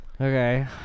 Okay